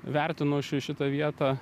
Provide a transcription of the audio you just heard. vertinu ši šitą vietą